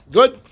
Good